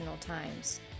times